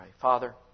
Father